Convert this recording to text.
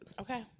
Okay